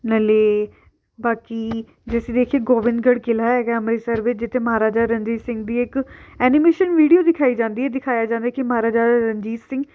ਨਾਲੇ ਬਾਕੀ ਜੇ ਅਸੀਂ ਦੇਖੀਏ ਗੋਬਿੰਦਗੜ੍ਹ ਕਿਲਾ ਹੈਗਾ ਅੰਮ੍ਰਿਤਸਰ ਵਿੱਚ ਜਿੱਥੇ ਮਹਾਰਾਜਾ ਰਣਜੀਤ ਸਿੰਘ ਦੀ ਇੱਕ ਐਨੀਮੇਸ਼ਨ ਵੀਡੀਓ ਦਿਖਾਈ ਜਾਂਦੀ ਹੈ ਦਿਖਾਇਆ ਜਾਂਦਾ ਕਿ ਮਹਾਰਾਜਾ ਰਣਜੀਤ ਸਿੰਘ